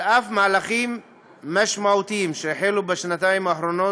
על אף מהלכים משמעותיים שהחלו בשנתיים האחרונות,